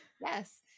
Yes